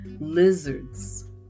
Lizards